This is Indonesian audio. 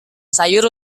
sayur